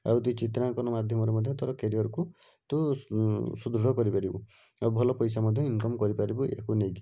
ଆଉ ତୁ ଚିତ୍ରାଙ୍କନ ମାଧ୍ୟମରେ ମଧ୍ୟ ତୋର କ୍ୟାରିଅର୍କୁ ତୁ ସୁଦୃଢ଼ କରିପାରିବୁ ଆଉ ଭଲ ପଇସା ମଧ୍ୟ ଇନ୍କମ୍ କରିପାରିବୁ ଏହାକୁ ନେଇକି